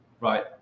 right